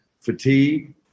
fatigue